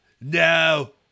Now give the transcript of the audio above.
No